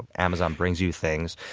amazon brings you things.